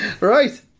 Right